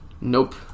Nope